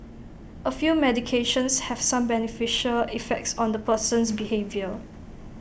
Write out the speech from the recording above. A few medications have some beneficial effects on the person's behaviour